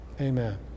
Amen